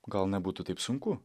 gal nebūtų taip sunku